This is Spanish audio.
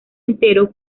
entero